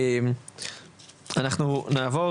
אנחנו נעבור